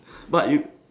but you